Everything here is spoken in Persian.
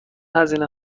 هزینه